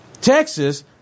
Texas